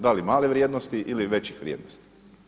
Da li male vrijednosti ili većih vrijednosti.